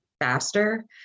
faster